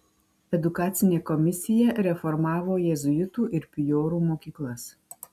edukacinė komisija reformavo jėzuitų ir pijorų mokyklas